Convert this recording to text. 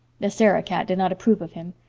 the sarah-cat did not approve of him.